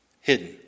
hidden